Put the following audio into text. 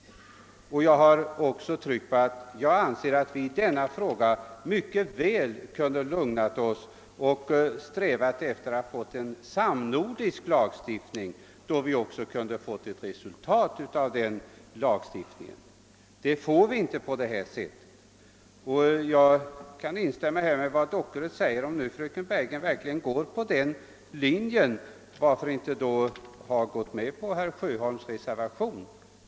Jag har även framhållit att vi mycket väl borde ha kunnat lugna oss och i stället sträva efter en samnordisk lagstiftning. En sådan skulle ge ett resultat, något som vi inte får på detta sätt. Jag kan för övrigt instämma med vad herr Dockered sade om att fröken Bergegren borde ha följt herr Sjöholms reservation, när hon nu går på förbudslinjen.